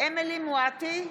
אמילי חיה מואטי,